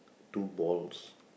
two balls